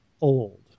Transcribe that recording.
Old